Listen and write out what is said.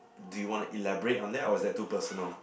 do you want to elaborate on that or is that too personal